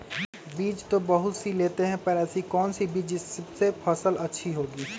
बीज तो बहुत सी लेते हैं पर ऐसी कौन सी बिज जिससे फसल अच्छी होगी?